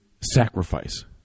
sacrifice